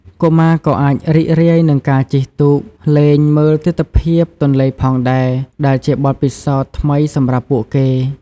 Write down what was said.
កុមារក៏អាចរីករាយនឹងការជិះទូកលេងមើលទិដ្ឋភាពទន្លេផងដែរ ដែលជាបទពិសោធន៍ថ្មីសម្រាប់ពួកគេ។